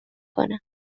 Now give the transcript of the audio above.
کنم